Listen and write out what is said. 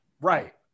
Right